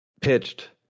pitched